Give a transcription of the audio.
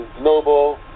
Noble